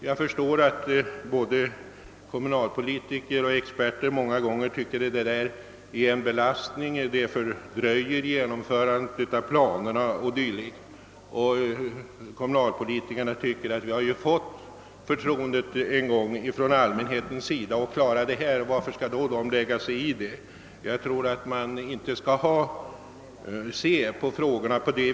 Jag förstår att dessa många gånger tycker att det är en belastning när allmänheten ges möjlighet att påverka utvecklingen — det fördröjer genomförandet av planerna etc. Kommunalpolitikerna tycker kanske att eftersom de en gång har fått allmänhetens förtroende att klara frågorna behöver människorna inte vidare lägga sig i dem. Jag tror inte att man kan se det så.